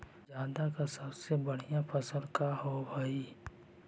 जादा के सबसे बढ़िया फसल का होवे हई?